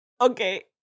Okay